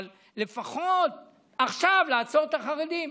אבל לפחות עכשיו לעצור את החרדים.